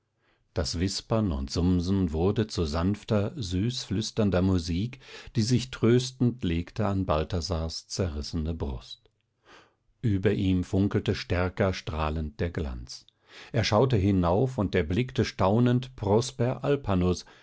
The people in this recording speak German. das wispern und sumsen wurde zu sanfter süßflüsternder musik die sich tröstend legte an balthasars zerrissene brust über ihm funkelte stärker strahlend der glanz er schaute hinauf und erblickte staunend prosper